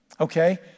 Okay